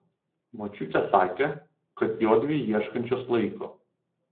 močiutė sakė kad jodvi ieškančios laiko